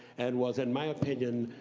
and was, in my opinion,